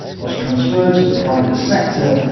was transferred to the private sector,